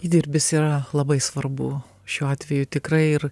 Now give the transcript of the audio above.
įdirbis yra labai svarbu šiuo atveju tikrai ir